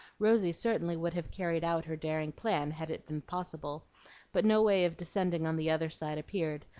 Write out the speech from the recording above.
rosy certainly would have carried out her daring plan, had it been possible but no way of descending on the other side appeared,